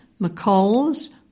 McColls